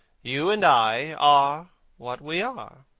you and i are what we are,